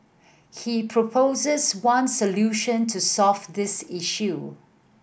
he proposes one solution to solve this issue